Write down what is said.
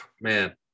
man